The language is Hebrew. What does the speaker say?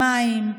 מים,